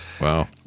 wow